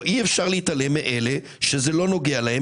איך אתם לא מתחשבים בחישוב הזה בהוצאות אחרות כפי שהזכרתי?